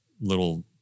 little